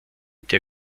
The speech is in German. der